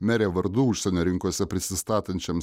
merė vardu užsienio rinkose prisistatančiam